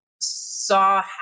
saw